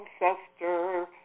Ancestor